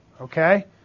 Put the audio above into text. okay